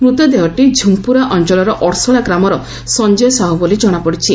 ମୃତଦେହଟି ଝୁଖୁରା ଅଞ୍ଞଳର ଅର୍ସଳା ଗ୍ରାମର ସଞ୍ଞୟ ସାହ ବୋଲି ଜଣାପଡିଛି